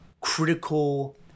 critical